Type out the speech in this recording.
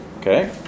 Okay